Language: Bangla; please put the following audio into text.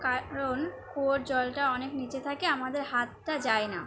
কারণ কুয়োর জলটা অনেক নিচে থাকে আমাদের হাতটা যায় না